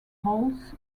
holds